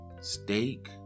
steak